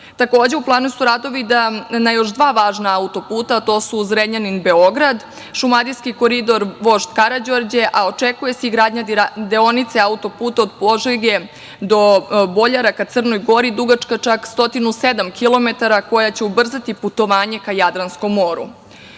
Loznica. Takođe, u planu su radovi na još dva važna auto-puta, a to su Zrenjanin - Beograd, šumadijski koridor "Vožd Karađorđe", a očekuje se i gradnja deonice auto-puta od Požege do Boljara ka Crnoj Gori, dugačka čak 107 kilometara, koja će ubrzati putovanje ka Jadranskom